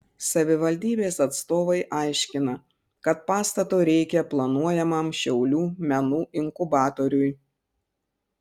savivaldybės atstovai aiškina kad pastato reikia planuojamam šiaulių menų inkubatoriui